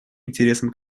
интересам